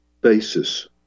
basis